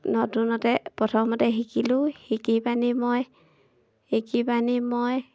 নতুনতে প্ৰথমতে শিকিলোঁ শিকি পেনি মই শিকি পেনী মই